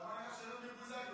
למה אין לך שאלות מבוזגלו?